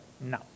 no